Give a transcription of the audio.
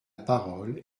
parole